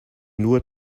nur